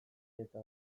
eta